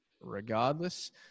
regardless